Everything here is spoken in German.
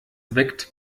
weckt